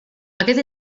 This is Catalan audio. aquest